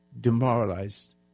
demoralized